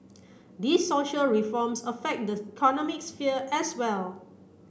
these social reforms affect the economic sphere as well